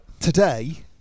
Today